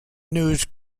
news